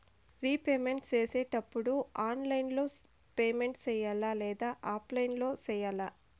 repayment సేసేటప్పుడు online లో payment సేయాలా లేదా ఆఫ్లైన్ లో సేయాలా